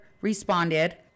responded